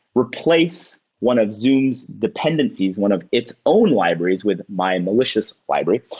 replace one of zoom's dependencies, one of its own libraries with my and malicious library?